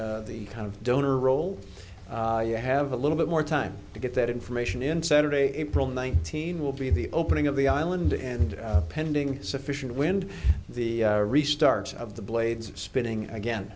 kind of donor role you have a little bit more time to get that information in saturday april nineteenth will be the opening of the island and pending sufficient wind the restarts of the blades spinning again